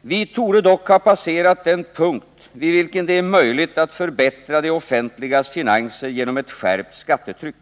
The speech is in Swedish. ”Vi torde dock ha passerat den punkt vid vilken det är möjligt att förbättra det offentligas finanser genom ett skärpt skattetryck.